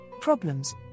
problems